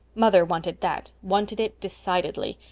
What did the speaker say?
mother wanted that wanted it decidedly.